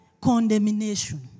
condemnation